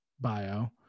bio